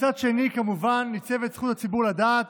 מצד שני, כמובן, ניצבת זכות הציבור לדעת,